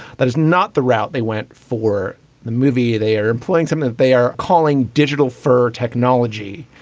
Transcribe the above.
that is not the route they went for the movie. they are employing some and they are calling digital fur technology